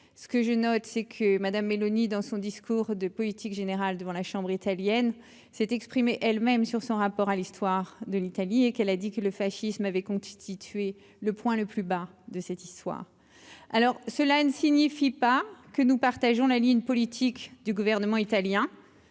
ce que je note c'est que madame Meloni dans son discours de politique générale devant la Chambre italienne s'est exprimé elles-mêmes sur son rapport à l'histoire de l'Italie et qu'elle a dit que le fascisme avait constitué le point le plus bas de cette histoire, alors cela ne signifie pas que nous partageons la ligne politique du gouvernement italien,